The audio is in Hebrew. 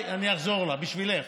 אני אחזור בשבילך: